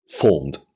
formed